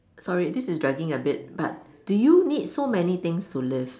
sorry this is dragging a bit but do you need so many things to live